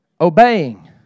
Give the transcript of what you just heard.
Obeying